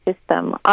system